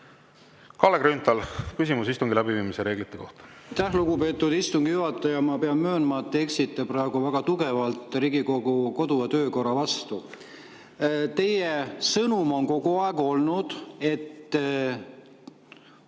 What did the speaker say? Kalle Grünthal, küsimus istungi läbiviimise reeglite kohta. Aitäh, lugupeetud istungi juhataja! Ma pean möönma, et te eksite praegu väga tugevalt Riigikogu kodu‑ ja töökorra vastu. Teie sõnum on kogu aeg olnud, et